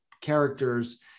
characters